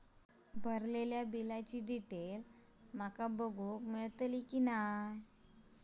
भरलेल्या बिलाची डिटेल माका बघूक मेलटली की नाय?